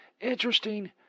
interesting